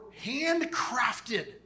handcrafted